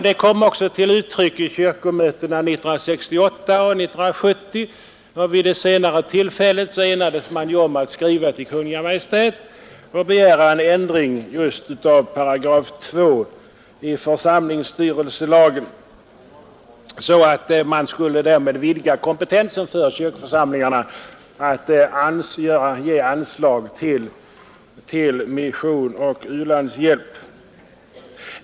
Det kom även till uttryck vid kyrkomötena 1968 och 1970. Vid det senare tillfället enades man om att skriva till Kungl. Maj:t och begära en ändring just av 28 i församlingsstyrelselagen för att därmed vidga kompentensen för kyrkoförsamlingarna att ge anslag till mission och u-landshjälp.